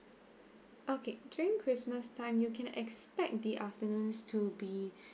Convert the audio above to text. okay during christmas time you can expect the afternoons to be